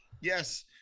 yes